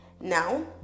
Now